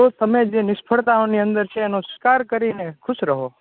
જે તમે નિષ્ફળતાની અંદર છો એનો સ્વીકાર કરીને ખુશ રહો